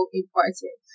important